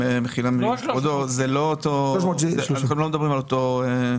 במחילה מכבודו, אנחנו לא מדברים על אותו כסף.